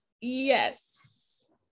Yes